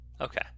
Okay